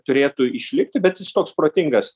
turėtų išlikti bet jis toks protingas